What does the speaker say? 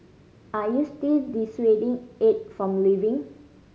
are you still dissuading Aide from leaving